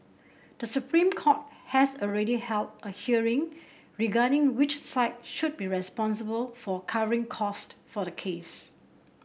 the Supreme Court has already held a hearing regarding which side should be responsible for covering cost for the case